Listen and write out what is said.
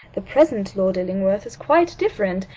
the present lord illingworth is quite different.